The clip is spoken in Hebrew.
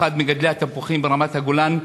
ובמיוחד מגדלי התפוחים ברמת-הגולן,